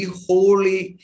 holy